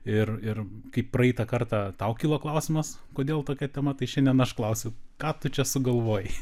ir ir kaip praeitą kartą tau kilo klausimas kodėl tokia tema tai šiandien aš klausiu ką tu čia sugalvojai